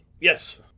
Yes